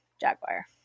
jaguar